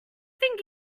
think